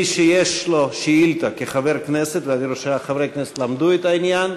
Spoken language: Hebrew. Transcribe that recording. מי שיש לו שאילתה כחבר כנסת ואני רואה שחברי הכנסת למדו את העניין,